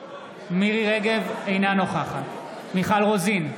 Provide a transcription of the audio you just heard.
אינה נוכחת מיכל רוזין,